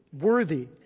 worthy